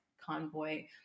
convoy